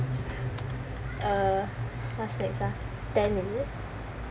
uh what's next ah ten is it